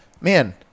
man